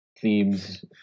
themes